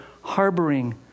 harboring